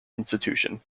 institution